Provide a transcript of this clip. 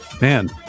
man